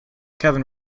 kevin